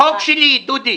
חוק שלי, דודי